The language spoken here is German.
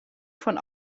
von